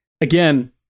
Again